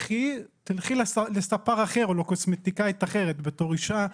לכי לספר אחר או לקוסמטיקאית אחרת, בתור אישה,